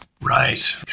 right